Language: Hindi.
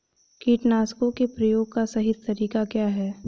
कीटनाशकों के प्रयोग का सही तरीका क्या है?